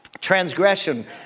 transgression